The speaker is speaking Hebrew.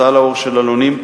הוצאה לאור של עלונים,